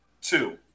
Two